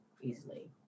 easily